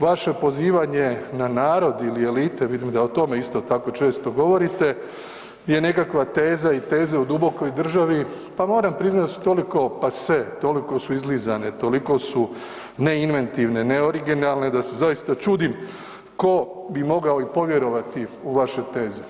Vaše pozivanje na narod ili elite, vidim da o tome isto tako često govorite, je nekakva teza i teza o dubokoj državi, pa moram priznati da su toliko pase, toliko su izlizane, toliko su neinventivne, neoriginalne da se zaista čudim tko bi mogao i povjerovati u vaše teze.